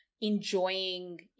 enjoying